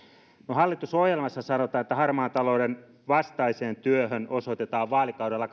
hallitusohjelmassa sanotaan että harmaan talouden vastaiseen työhön osoitetaan vaalikaudella